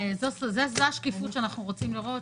זו השקיפות שאנחנו רוצים לראות,